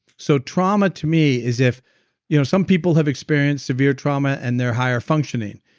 so trauma to me is if you know some people have experienced severe trauma and they're higher functioning.